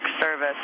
service